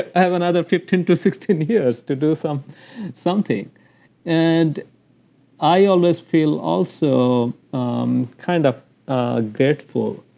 ah have another fifteen to sixteen years to do so um something and i always feel also um kind of grateful,